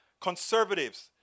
conservatives